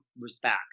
respect